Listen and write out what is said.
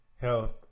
health